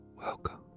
Welcome